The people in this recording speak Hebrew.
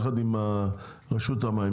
יחד עם ראשות המים,